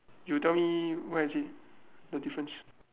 you tell me where is it the difference